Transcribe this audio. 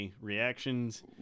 Reactions